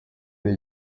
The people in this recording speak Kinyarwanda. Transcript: ali